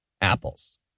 apples